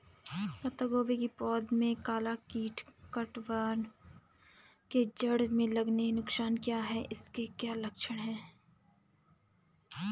पत्ता गोभी की पौध में काला कीट कट वार्म के जड़ में लगने के नुकसान क्या हैं इसके क्या लक्षण हैं?